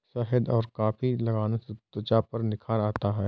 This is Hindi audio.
शहद और कॉफी लगाने से त्वचा पर निखार आता है